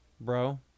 bro